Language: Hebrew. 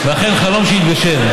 זה אכן חלום שהתגשם,